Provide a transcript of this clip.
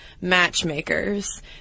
matchmakers